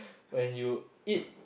when you eat